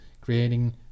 creating